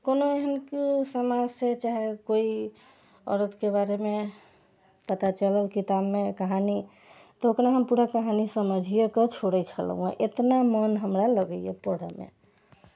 कोनो एहन समस्ये चाहे कोइ औरत के बारे मे पता चलल किताब मे कहानी तऽ ओकरा हम पूरा कहानी समझिये कऽ छोड़ै छलहुॅं हैं एतना मोन हमरा लगैया पढ़ए मे